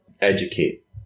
educate